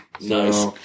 Nice